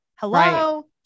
Hello